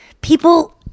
People